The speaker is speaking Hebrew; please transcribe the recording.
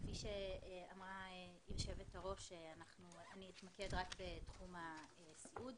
כפי שאמרה היושבת-ראש, אני אתמקד בתחום הסיעוד.